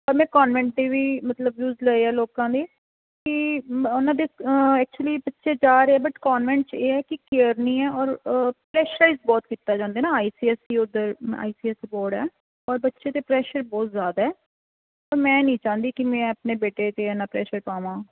ਮੈਂ ਕੌਨਵੈਂਟ 'ਚ ਵੀ ਮਤਲਬ ਵਿਊਜ਼ ਲਏ ਹੈ ਲੋਕਾਂ ਦੇ ਕਿ ਉਨ੍ਹਾਂ ਦੇ ਐਚੁਲੀ ਪਿੱਛੇ ਜਾ ਰਹੇ ਹੈ ਬੱਟ ਕੌਨਵੈਂਟ 'ਚ ਕੀ ਹੈ ਕਿ ਕੇਅਰ ਨਹੀ ਹੈਂ ਔਰ ਪ੍ਰੈਸ਼ਰਾਈਜ ਬਹੁਤ ਕੀਤਾ ਜਾਂਦਾ ਨਾ ਆਈ ਸੀ ਐੱਸ ਸੀ ਉਹਦੇ I C S C board ਹੈ ਔਰ ਬੱਚੇ 'ਤੇ ਪ੍ਰੈਸ਼ਰ ਬਹੁਤ ਜ਼ਿਆਦਾ ਹੈ ਮੈਂ ਨਹੀਂ ਚਾਹੁੰਦੀ ਕਿ ਮੈਂ ਆਪਣੇ ਬੇਟੇ 'ਤੇ ਇੰਨਾ ਪ੍ਰੈਸ਼ਰ ਪਾਵਾਂ